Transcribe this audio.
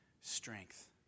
strength